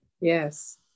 Yes